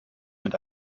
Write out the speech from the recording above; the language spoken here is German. mit